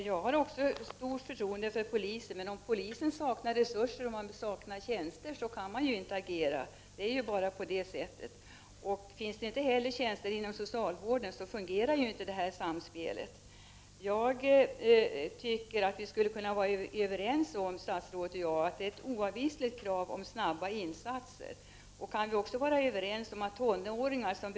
Kraven på den enskilde att teckna försäkringar för hus, lösöre, bilar m.m. i syfte att skydda sig själv, sin egendom och andra är ofta ovillkorliga. Detta borde innebära att, när en enskild oförskyllt drabbas av skada, ersättning utbetalas av det försäkringsbolag som anlitas oavsett hur skadan uppkommit. Det är emellertid inte alltid så är fallet, vilket bl.a. framkommit i tidningsartiklar.